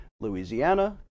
Louisiana